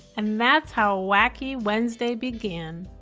and that's how wacky wednesday began.